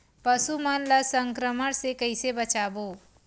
पशु मन ला संक्रमण से कइसे बचाबो?